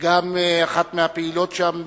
וגם אחת מהפעילות שם,